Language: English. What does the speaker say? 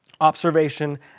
observation